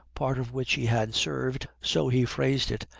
part of which he had served, so he phrased it,